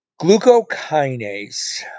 Glucokinase